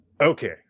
Okay